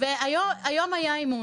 והיום היה אימון.